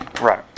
Right